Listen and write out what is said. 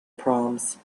proms